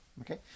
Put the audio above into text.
okay